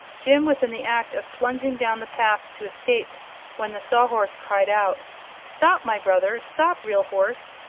jim was in the act of plunging down the path to escape when the sawhorse cried out stop, my brother! stop, real horse!